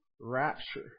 rapture